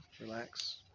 relax